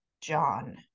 john